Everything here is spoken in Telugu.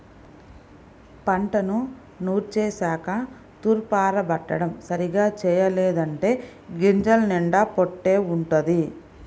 పంటను నూర్చేశాక తూర్పారబట్టడం సరిగ్గా చెయ్యలేదంటే గింజల నిండా పొట్టే వుంటది